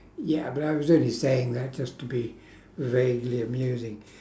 ya but I was only saying that just to be vaguely amusing